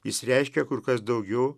jis reiškė kur kas daugiau